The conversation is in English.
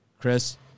Chris